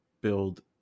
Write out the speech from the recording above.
build